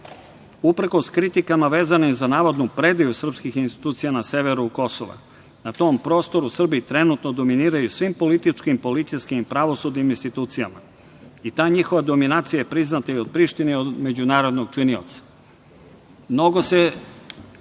kritikama vezanim za navodnu predaju srpskih institucija na Severu Kosova, na tom prostoru Srbi trenutno dominiraju u svim političkim, policijskim i pravosudnim institucijama i ta njihova dominacija je priznata i od Prištine i međunarodnog činioca.